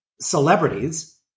celebrities